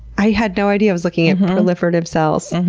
i had no idea i was looking at proliferative cells.